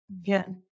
Again